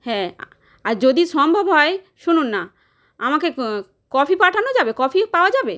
হ্যাঁ আর যদি সম্ভব হয় শুনুন না আমাকে কফি পাঠানো যাবে কফি পাওয়া যাবে